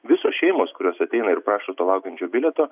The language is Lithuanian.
visos šeimos kurios ateina ir prašo laukiančio bilieto